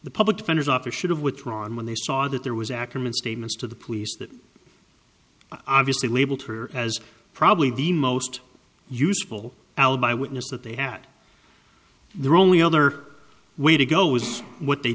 the public defender's office should have withdrawn when they saw that there was ackerman statements to the police that obviously labeled her as probably the most useful alibi witnesses that they had the only other way to go was what they